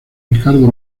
ricardo